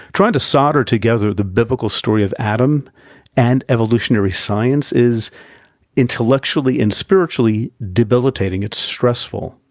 trying to solder together the biblical story of adam and evolutionary science is intellectually and spiritually debilitating it's stressful.